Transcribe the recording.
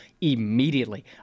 immediately